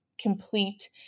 complete